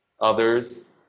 others